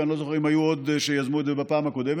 אני לא זוכר אם היו עוד שיזמו את זה בפעם הקודמת,